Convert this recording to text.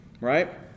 right